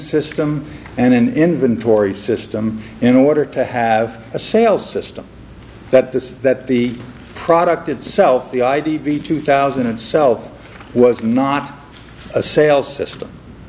system and an inventory system in order to have a sale system that this that the product itself the id b two thousand and self was not a sales system